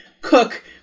cook